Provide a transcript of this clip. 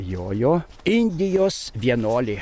jojo indijos vienuolė